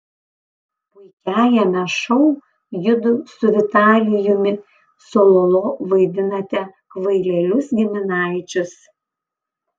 puikiajame šou judu su vitalijumi cololo vaidinate kvailelius giminaičius